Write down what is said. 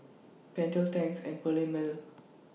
Pentel Tangs and Perllini Mel